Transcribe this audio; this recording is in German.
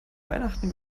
weihnachten